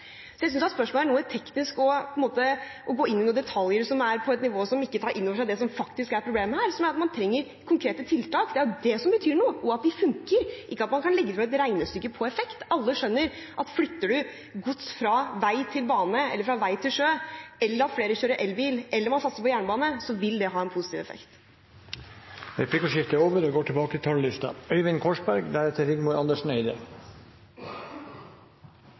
Så jeg synes at spørsmålet er noe teknisk og går inn i noen detaljer som er på et nivå som ikke tar inn over seg det som faktisk er problemet her, som er at man trenger konkrete tiltak. Det er jo det som betyr noe, og at de funker, ikke at man kan legge frem et regnestykke på effekt. Alle skjønner at flytter man gods fra vei til bane eller fra vei til sjø, eller flere kjører elbil, eller man satser på jernbane, vil det ha en positiv effekt. Replikkordskiftet er over. La meg starte med å takke statsråden for en svært god og